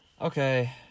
Okay